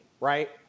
right